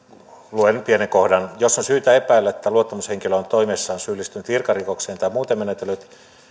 luen pienen kohdan jos on syytä epäillä että luottamushenkilö on toimessaan syyllistynyt virkarikokseen tai muuten menetellyt